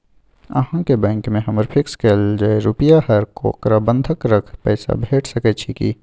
अहाँके बैंक में हमर फिक्स कैल जे रुपिया हय ओकरा बंधक रख पैसा भेट सकै छै कि?